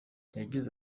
yagize